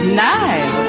nice